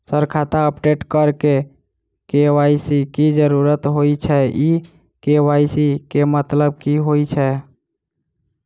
Sir खाता update करऽ लेल के.वाई.सी की जरुरत होइ छैय इ के.वाई.सी केँ मतलब की होइ छैय?